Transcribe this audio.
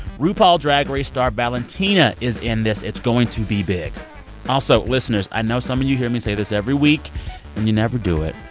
rupaul's drag race star valentina is in this. it's going to be big also, listeners, i know some of you hear me say this every week, and you never do it.